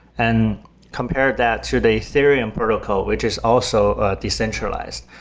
and compare that to the ethereum protocol, which is also decentralized.